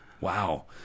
Wow